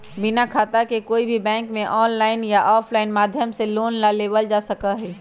बिना खाता के कोई भी बैंक में आनलाइन या आफलाइन माध्यम से लोन ना लेबल जा सका हई